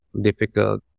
difficult